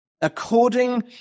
According